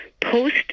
post